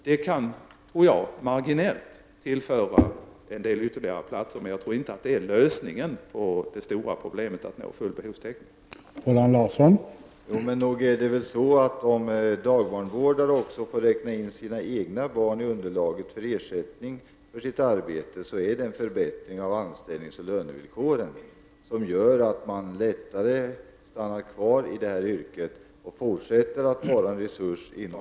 Detta, tror jag, kan marginellt tillföra en del ytterligare platser, men jag tror inte att det är lösningen på det stora problemet att nå full behovstäckning.